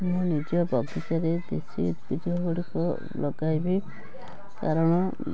ମୁଁ ନିଜ ବଗିଚାରେ ଦେଶୀ ଉଦ୍ଭିଦଗୁଡ଼ିକ ଲଗାଇବି କାରଣ